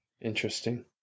Interesting